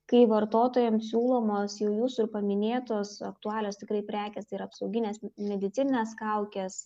kai vartotojams siūlomos jau jūsų paminėtos aktualios tikrai prekės tai yra apsauginės medicininės kaukės